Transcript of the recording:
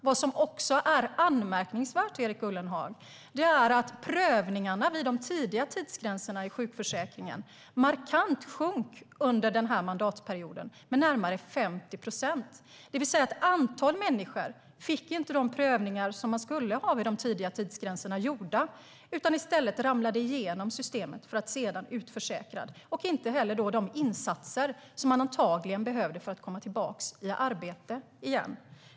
Vad som också är anmärkningsvärt, Erik Ullenhag, är att prövningarna vid de tidiga tidsgränserna i sjukförsäkringen under den mandatperioden markant sjönk med närmare 50 procent, det vill säga att ett antal människor inte fick de prövningar de skulle ha vid de tidiga tidsgränserna utan i stället ramlade igenom systemet för att sedan utförsäkras. De fick inte heller de insatser de antagligen behövde för att komma tillbaka i arbete.